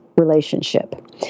relationship